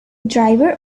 driver